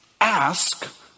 ask